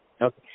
Okay